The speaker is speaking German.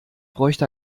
bräuchte